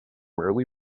early